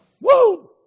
Woo